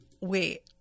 wait